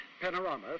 Panorama